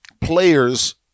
players –